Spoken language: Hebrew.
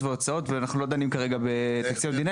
ואנחנו לא דנים כרגע על תקציב המדינה.